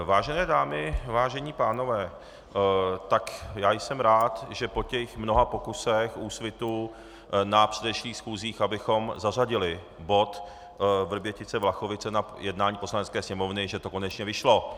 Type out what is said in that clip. Vážené dámy, vážení pánové, tak já jsem rád, že po těch mnoha pokusech Úsvitu na předešlých schůzích, abychom zařadili bod VrběticeVlachovice na jednání Poslanecké sněmovny, že to konečně vyšlo.